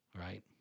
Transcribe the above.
right